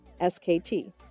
skt